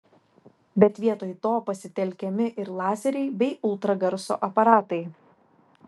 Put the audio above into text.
bet vietoj to pasitelkiami ir lazeriai bei ultragarso aparatai